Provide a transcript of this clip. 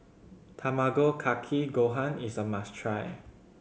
Tamago Kake Gohan is a must try